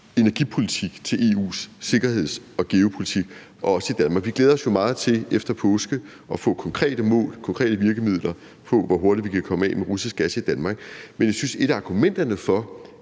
energipolitik til EU's sikkerheds- og geopolitik, også i Danmark. Vi glæder os jo meget til efter påske at få konkrete mål, konkrete virkemidler for, hvor hurtigt vi kan komme af med russisk gas i Danmark, men jeg synes, at et af argumenterne for,